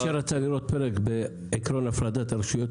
מי שרצה לראות פרק בעיקרון הפרדת הרשויות,